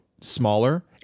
smaller